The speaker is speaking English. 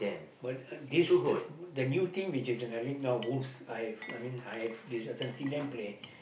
what uh this the the new team which is in the list now wolves I have I mean I have this seen them play